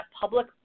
public